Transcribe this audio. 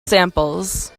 samples